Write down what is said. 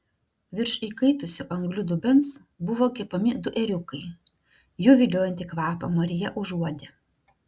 virš įkaitusio anglių dubens buvo kepami du ėriukai jų viliojantį kvapą marija užuodė